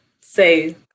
say